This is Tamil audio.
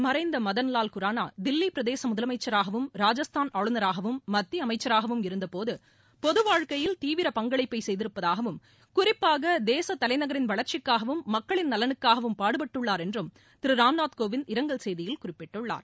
மறைந்த மதன்வால் குரானா தில்லி பிரதேச முதலமைச்சராகவும் ராஜஸ்தான் ஆளுநராகவும் மத்திய அமைச்சராகவும் இருந்தபோது பொது வாழ்க்கையில் தீவிர பங்களிப்பை செய்திருப்பதாகவும் குறிப்பாக தேசத் தலைநகரின் வளர்ச்சிக்காகவும் மக்களின் நலனுக்காகவும் பாடுபட்டுள்ளார் என்றும் திரு ராம்நாத் கோவிந்த் இரங்கல் செய்தியில் குறிப்பிட்டுள்ளார்